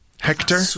Hector